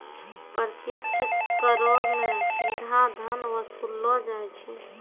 प्रत्यक्ष करो मे सीधा धन वसूललो जाय छै